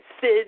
Sid